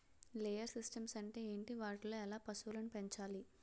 Layer systems అంటే ఏంటి? వాటిలో ఎలా పశువులను పెంచాలి?